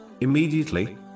immediately